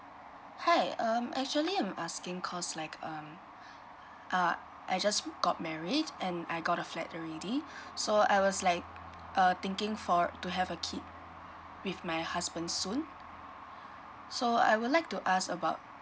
hi um actually I'm asking cause like um uh I just got married and I got a flat already so I was like uh thinking for to have a kid with my husband soon so I would like to ask about